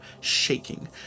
shaking